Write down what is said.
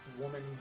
woman